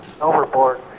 overboard